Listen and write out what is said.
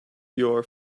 your